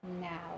now